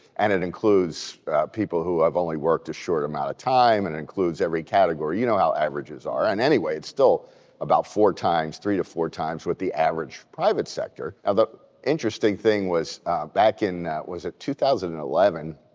and it includes people who have only worked a short amount of time and includes every category, you know how averages are. and anyway, it's still about four times, three to four times with the average private sector. the interesting thing was back in was it two thousand and eleven,